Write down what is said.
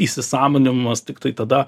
įsisąmonimas tiktai tada